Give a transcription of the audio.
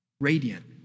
Radiant